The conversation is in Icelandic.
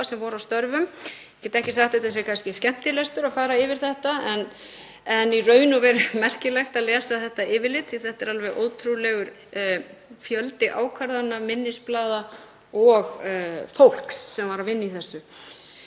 sem voru að störfum. Ég get kannski ekki sagt að það sé skemmtilestur að fara yfir þetta en í raun og veru merkilegt að lesa þetta yfirlit því þetta er alveg ótrúlegur fjöldi ákvarðana, minnisblaða og fólks sem var að vinna í þessu.